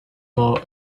more